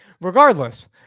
regardless